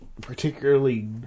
particularly